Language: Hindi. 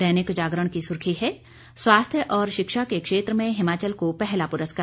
दैनिक जागरण की सुर्खी है स्वास्थ्य और शिक्षा के क्षेत्र में हिमाचल को पहला पुरस्कार